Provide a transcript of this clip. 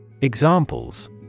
Examples